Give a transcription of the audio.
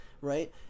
right